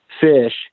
fish